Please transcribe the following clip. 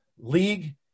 league